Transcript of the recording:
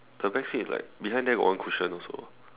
the back seat is like behind there got one cushion also